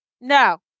No